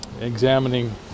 examining